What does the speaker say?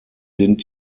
sind